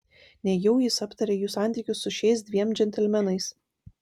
nejau jis aptarė jų santykius su šiais dviem džentelmenais